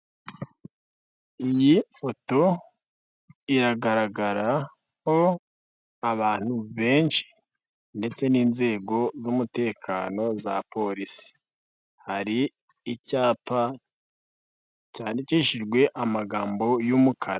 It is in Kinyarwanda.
Iyi foto iragaragaraho abantu benshi ndetse n'inzego z'umutekano za polisi, hari icyapa cyandikishijwe amagambo y'umukara.